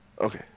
okay